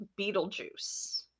beetlejuice